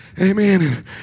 Amen